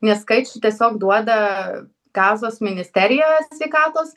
nes skaičių tiesiog duoda gazos ministerija sveikatos